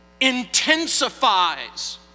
intensifies